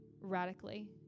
radically